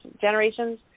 Generation's